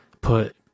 Put